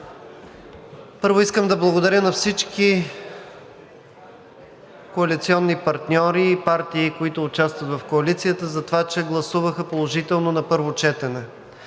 Първо, искам да благодаря на всички коалиционни партньори и партии, участващи в коалицията, че гласуваха положително на първо четене.